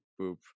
boop